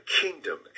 kingdom